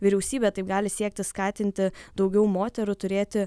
vyriausybė taip gali siekti skatinti daugiau moterų turėti